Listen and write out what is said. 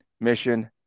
Mission